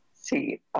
see